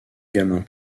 gamin